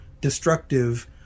destructive